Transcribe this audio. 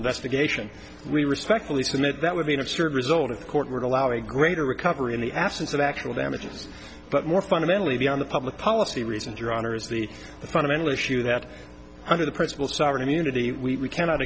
investigation we respectfully submit that would be an absurd result of the court would allow a greater recovery in the absence of actual damages but more fundamentally the on the public policy reasons your honor is the fundamental issue that under the principle sovereign immunity we cannot